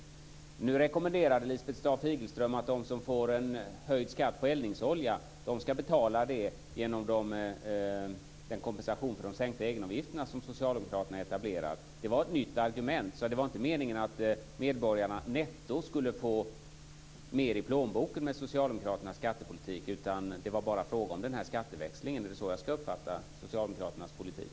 Nu rekommenderar Lisbeth Staaf-Igelström att de som får en höjd skatt på eldningsolja ska kompenseras för detta genom de sänkta egenavgifterna, etablerade av socialdemokraterna. Det var ett nytt argument. Det var alltså inte meningen att medborgarna netto skulle få mer i plånboken med socialdemokraternas skattepolitik, utan det var bara fråga om denna skatteväxling. Är det så jag ska uppfatta socialdemokraternas politik?